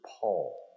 Paul